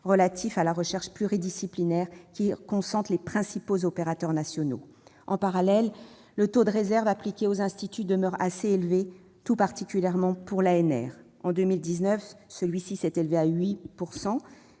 relatif à la recherche pluridisciplinaire, qui concentre les principaux opérateurs nationaux. En parallèle, le taux de réserve appliqué aux instituts demeure assez élevé, tout particulièrement pour l'ANR. En 2019, celui-ci s'est élevé à 8